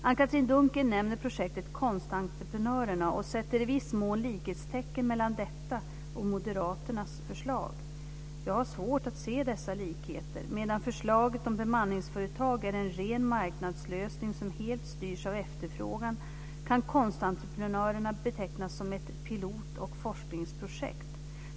Anne-Katrine Dunker nämner projektet Konstreprenörerna och sätter i viss mån likhetstecken mellan detta och moderaternas förslag. Jag har svårt att se dessa likheter. Medan förslaget om bemanningsföretag är en ren marknadslösning som helt styrs av efterfrågan kan Konstreprenörerna betecknas som ett pilot och forskningsprojekt.